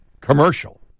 commercial